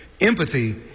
empathy